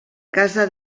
casa